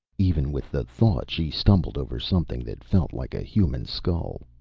even with the thought she stumbled over something that felt like a human skull.